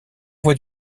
voix